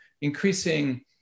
increasing